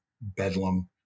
bedlam